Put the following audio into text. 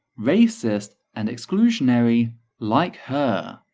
racist, and exclusionary like her.